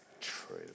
true